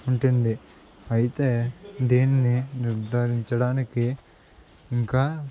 ఉంటుంది అయితే దీన్ని నిర్ధారించడానికి ఇంకా